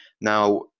Now